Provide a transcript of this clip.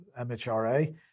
MHRA